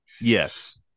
Yes